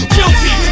Guilty